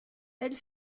elle